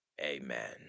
Amen